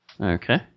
Okay